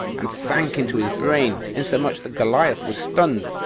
and sank into his brain, insomuch that goliath was stunned,